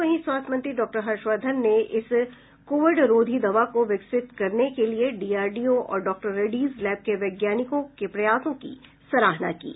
वहीं स्वास्थ्य मंत्री डॉक्टर हर्षवर्धन ने इस कोविड रोधी दवा को विकसित करने के लिए डीआरडीओ और डॉक्टर रेड्डीज लैब के वैज्ञानिकों के प्रयासों की सराहना की है